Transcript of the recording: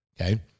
Okay